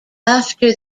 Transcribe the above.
after